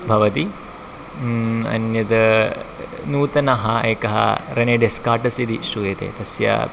भवति अन्यद् नूतनः एकः रने डेस्काटसिरि श्रूयते तस्य